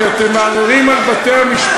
כי אתם מערערים על בתי-המשפט,